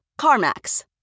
CarMax